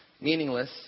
meaningless